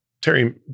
Terry